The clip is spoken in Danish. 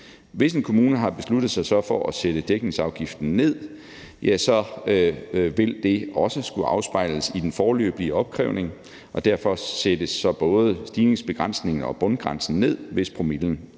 Hvis en kommune så har besluttet sig for at sætte dækningsafgiften ned, vil det også skulle afspejles i den foreløbige opkrævning, og derfor sættes så både stigningsbegrænsningen og bundgrænsen ned, hvis promillen